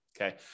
okay